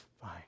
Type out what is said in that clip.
Fine